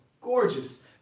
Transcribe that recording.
Gorgeous